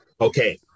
Okay